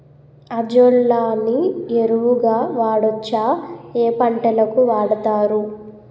Azolla ని ఎరువు గా వాడొచ్చా? ఏ పంటలకు వాడతారు?